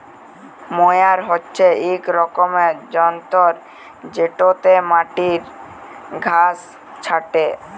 ময়ার হছে ইক রকমের যল্তর যেটতে মাটির ঘাঁস ছাঁটে